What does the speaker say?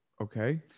Okay